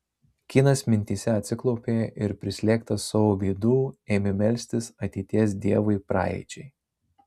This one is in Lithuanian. kynas mintyse atsiklaupė ir prislėgtas savo bėdų ėmė melstis ateities dievui praeičiai